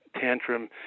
tantrum